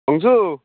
Anshu